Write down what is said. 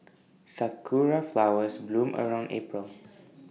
Sakura Flowers bloom around April